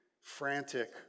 frantic